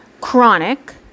chronic